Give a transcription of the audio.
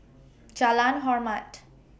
Jalan Hormat